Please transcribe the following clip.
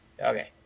Okay